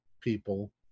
people